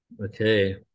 Okay